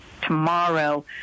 tomorrow